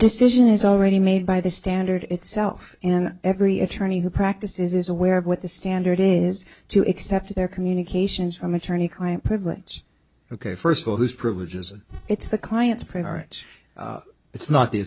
decision is already made by the standard itself and every attorney who practices is aware of what the standard is to accept their communications from attorney client privilege ok first of all who's privileges and it's the client's priority it's not the